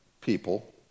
people